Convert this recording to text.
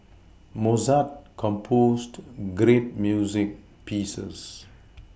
Mozart composed great music pieces